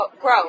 grow